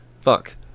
Fuck